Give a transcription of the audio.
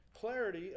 Clarity